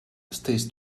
stays